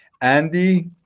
Andy